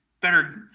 better